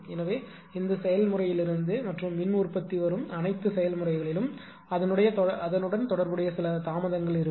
எனவே இந்த செயல்முறையிலிருந்து மற்றும் மின் உற்பத்தி வரும் அனைத்து செயல்முறைகளிலும் அதனுடன் தொடர்புடைய சில தாமதங்கள் இருக்கும்